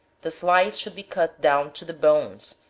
the slice should be cut down to the bones,